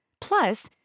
Plus